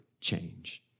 change